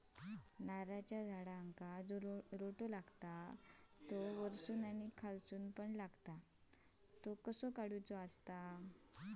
नारळाच्या झाडांका जो रोटो लागता तो वर्सून आणि खालसून पण लागता तो कसो काडूचो?